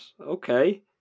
Okay